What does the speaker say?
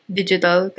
digital